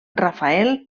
rafael